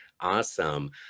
Awesome